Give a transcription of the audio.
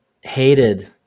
hated